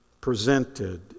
presented